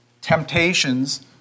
temptations